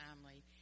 family